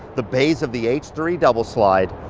the bays of the h three double slide